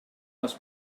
les